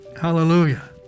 Hallelujah